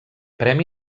premi